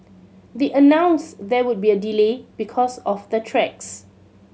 they announced there would be a delay because of the tracks